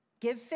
give